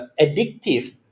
addictive